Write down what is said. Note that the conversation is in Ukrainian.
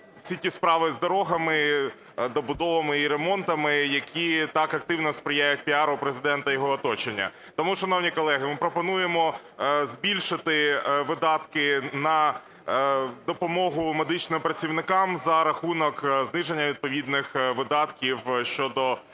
ті справи з дорогами, добудовами і ремонтами, які так активно сприяють піару Президента та його оточення. Тому, шановні колеги, ми пропонуємо збільшити видатки на допомогу медичним працівникам за рахунок зниження відповідних видатків щодо